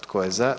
Tko je za?